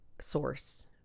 source